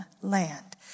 land